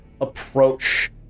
approach